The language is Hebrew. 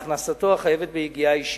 מהכנסתו החייבת ביגיעה אישית.